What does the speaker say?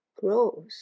grows